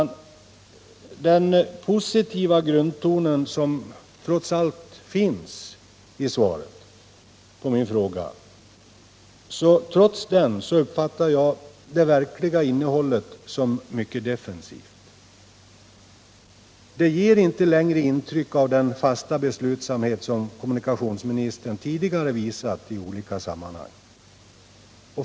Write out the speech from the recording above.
Trots den positiva grundton som trots allt finns i svaret på min fråga, uppfattar jag innehållet som mycket defensivt. Det ger inte längre intryck av den fasta beslutsamhet som kommunikationsministern tidigare visat i olika sammanhang.